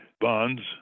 bonds